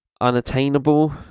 unattainable